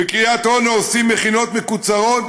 ובקריית אונו עושים מכינות מקוצרות,